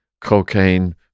cocaine